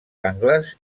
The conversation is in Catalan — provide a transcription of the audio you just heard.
angles